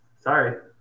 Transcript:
sorry